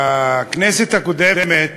בכנסת הקודמת